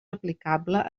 aplicable